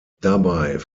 dabei